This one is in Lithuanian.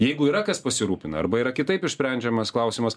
jeigu yra kas pasirūpina arba yra kitaip išsprendžiamas klausimas